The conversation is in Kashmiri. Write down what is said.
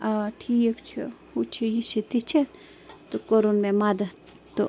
آ ٹھیٖک چھُ ہُہ چھُ یہِ چھِ تہِ چھِ تہٕ کوٚرُن مےٚ مَدت تہٕ